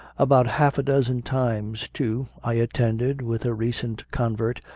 about half a dozen times, too, i attended with a recent con vert,